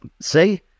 See